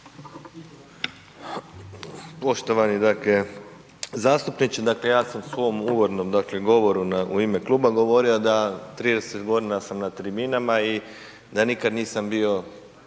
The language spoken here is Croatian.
Poštovani, dakle zastupniče ja sam u svom uvodnom govoru u ime kluba govori da 30 godina sam na tribinama i da nikad nisam bio